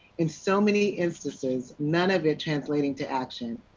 in so many instances, none of it translating to action.